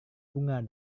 bunga